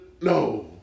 No